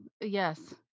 Yes